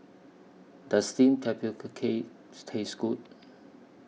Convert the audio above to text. Does Steamed Tapioca Cake Taste Good